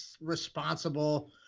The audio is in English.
responsible